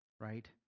right